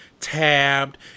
tabbed